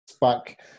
back